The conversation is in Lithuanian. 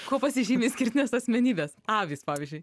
kuo pasižymi išskirtinės asmenybės avys pavyzdžiui